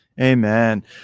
Amen